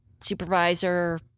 supervisor